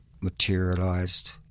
materialized